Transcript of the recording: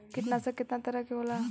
कीटनाशक केतना तरह के होला?